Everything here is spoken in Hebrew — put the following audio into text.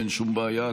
אין שום בעיה,